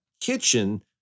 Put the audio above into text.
kitchen